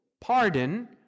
Pardon